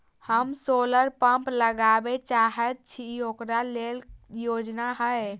हम solar pump लगाबै चाहय छी ओकरा लेल योजना हय?